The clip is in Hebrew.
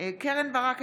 קרן ברק,